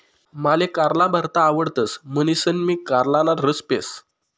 माले कारला भरता आवडतस म्हणीसन मी कारलाना रस पेस